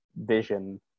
vision